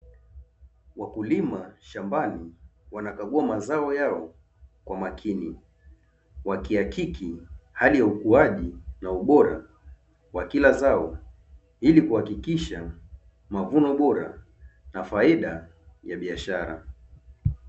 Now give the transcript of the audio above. Wakulima shambani wanakagua mazao yao kwa makini, wakihakiki hali ya ukuaji na ubora wa kila zao ili kuhakikisha mavuno bora na faida ya biashara.